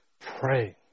Pray